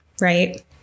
Right